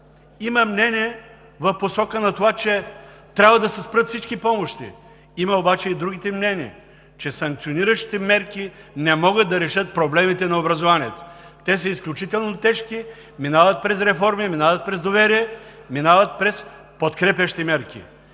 Има мнение в посока на това, че трябва да се спрат всички помощи. Има обаче и други мнения, че санкциониращите мерки не могат да решат проблемите на образованието – те са изключително тежки, минават през реформи, минават през доверие, минават през подкрепящи мерки.